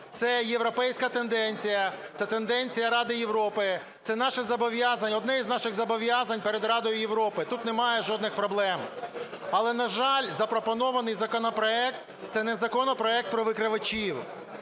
Це європейська тенденція, це тенденція Ради Європи, це наше зобов'язання, одне із наших зобов'язань перед Радою Європи, тут немає жодних проблем. Але, на жаль, запропонований законопроект - це не законопроект про викривачів,